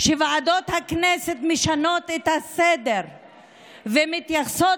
שוועדות הכנסת משנות את הסדר ומתייחסות